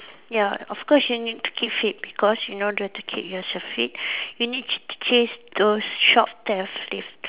ya of course you need to keep fit because in order to keep yourself fit you need to chase those shop theft thief